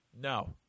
No